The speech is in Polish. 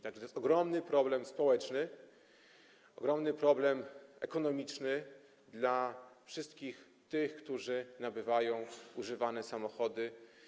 Tak że to jest ogromny problem społeczny, ogromny problem ekonomiczny dla wszystkich tych, którzy nabywają używane samochody.